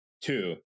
two